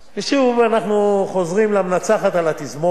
ושוב אנחנו חוזרים למנצחת על התזמורת,